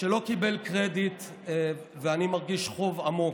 שלא קיבל קרדיט, ואני מרגיש חוב עמוק.